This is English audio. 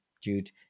Jude